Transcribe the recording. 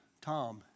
Tom